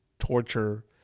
torture